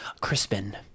crispin